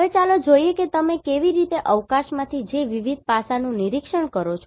હવે ચાલો જોઈએ કે તમે કેવી રીતેઅવકાશમાંથી જે વિવિધ પાસાઓનું નિરીક્ષણ કરી શકો છો